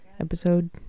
episode